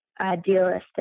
idealistic